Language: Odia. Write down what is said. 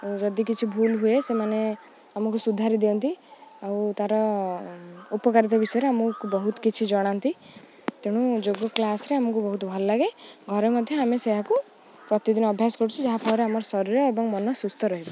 ଯଦି କିଛି ଭୁଲ ହୁଏ ସେମାନେ ଆମକୁ ସୁଧାରି ଦିଅନ୍ତି ଆଉ ତାର ଉପକାରିତା ବିଷୟରେ ଆମକୁ ବହୁତ କିଛି ଜଣାନ୍ତି ତେଣୁ ଯୋଗ କ୍ଲାସ୍ରେ ଆମକୁ ବହୁତ ଭଲ ଲାଗେ ଘରେ ମଧ୍ୟ ଆମେ ସେକୁ ପ୍ରତିଦିନ ଅଭ୍ୟାସ କରୁଛୁ ଯାହାଫଳରେ ଆମର ଶରୀର ଏବଂ ମନ ସୁସ୍ଥ ରହିବ